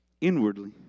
inwardly